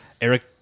eric